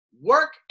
work